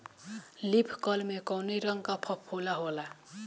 Leaf curl में कौने रंग का फफोला होला?